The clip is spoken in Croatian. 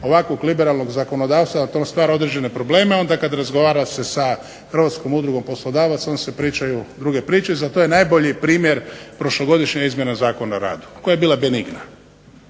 ovakvog liberalnog zakonodavstva a to nam stvara određene probleme, onda kad razgovara se sa Hrvatskom udrugom poslodavaca onda se pričaju druge priče. I za to je najbolji primjer prošlogodišnja izmjena Zakona o radu koja je bila benigna